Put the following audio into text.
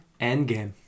Endgame